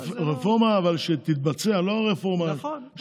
רפורמה אמיתית, אבל שתתבצע, ולא רפורמה, נכון.